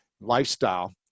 lifestyle